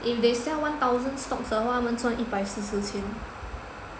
if they sell one thousand stocks 的话他们赚一百四十千